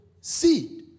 seed